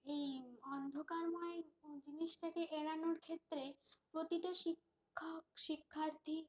এই অন্ধকারময় জিনিসটাকে এড়ানোর ক্ষেত্রে প্রতিটা শিক্ষক শিক্ষার্থী